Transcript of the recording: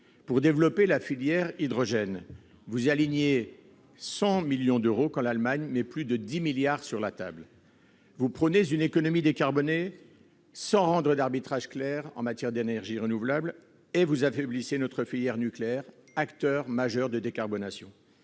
Pour développer la filière hydrogène, vous alignez 100 millions d'euros, quand l'Allemagne met plus de 10 milliards d'euros sur la table. Vous prônez une économie décarbonée sans rendre d'arbitrages clairs en faveur des énergies renouvelables, et vous affaiblissez notre filière nucléaire, acteur majeur de décarbonation.